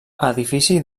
edifici